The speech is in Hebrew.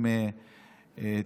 עם